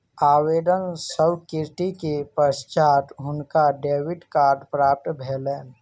आवेदन स्वीकृति के पश्चात हुनका डेबिट कार्ड प्राप्त भेलैन